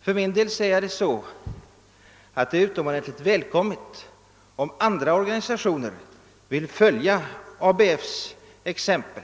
För min del anser jag det utomordentligt välkommet, om andra organisationer vill följa ABF:s exempel